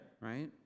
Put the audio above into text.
right